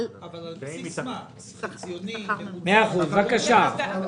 על בסיס שכר ממוצע.